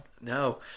No